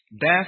Death